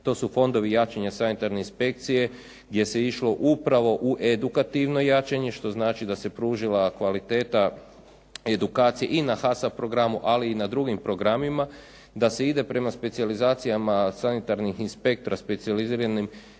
To su fondovi jačanja sanitarne inspekcije gdje se išlo upravo u edukativno jačanje, što znači da se pružila kvaliteta edukacije i na HASAP programu, ali i na drugim programima, da se ide prema specijalizacijama sanitarnih inspektora specijaliziranim